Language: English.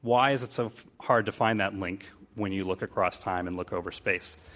why is it so hard to find that link when you look across time and look over space?